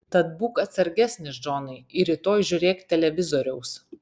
tad būk atsargesnis džonai ir rytoj žiūrėk televizoriaus